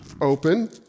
open